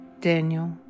Daniel